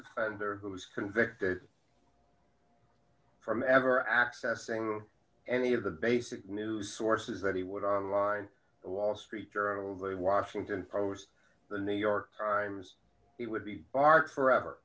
offender who's convicted from ever accessing any of the basic news sources that he would align the wall street journal the washington post the new york times it would be art forever